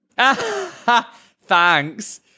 Thanks